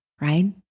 Right